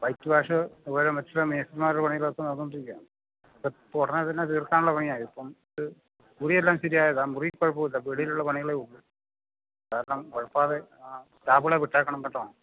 white wash അതുപോലെ മറ്റുള്ള മേസ്തിരിമാരുടെ പണികളൊക്കെ നടന്നുകൊണ്ടിരിക്കുകയാണ് ഇപ്പോഴുടനെത്തന്നെ തീർക്കാനുള്ള പണിയാണ് ഇപ്പം മുറിയെല്ലാം ശരിയായതാണ് മുറി കുഴപ്പമില്ല വെളിയിലുള്ള പണികളെയുള്ളൂ കാരണം ഉഴപ്പാതെ സ്റ്റാഫുകളെ വിട്ടേക്കണം കേട്ടോ